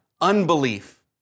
unbelief